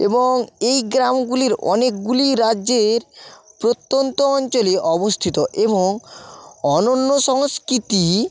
এবং এই গ্রামগুলির অনেকগুলি রাজ্যের প্রত্যন্ত অঞ্চলে অবস্থিত এবং অনন্য সংস্কৃতি